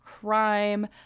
crime